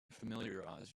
familiarize